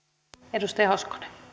arvoisa rouva